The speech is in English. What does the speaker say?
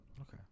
Okay